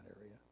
area